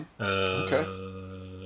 Okay